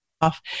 off